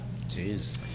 Jeez